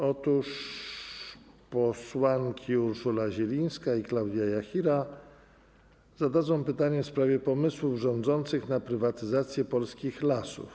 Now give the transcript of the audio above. Otóż posłanki Urszula Zielińska i Klaudia Jachira zadadzą pytanie w sprawie pomysłów rządzących na prywatyzację polskich lasów.